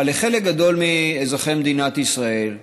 אבל לחלק גדול מאזרחי מדינת ישראל,